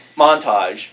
montage